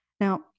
Now